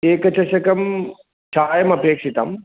एकं चषकं चायमपेक्षितम्